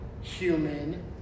human